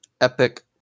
Epic